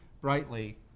brightly